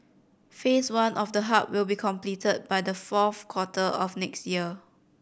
Phase One of the hub will be completed by the fourth quarter of next year